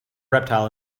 reptile